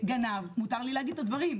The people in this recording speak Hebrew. גנב, מותר לי להגיד את הדברים.